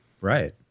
Right